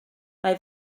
mae